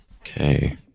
Okay